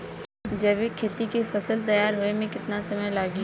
जैविक खेती के फसल तैयार होए मे केतना समय लागी?